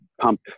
pump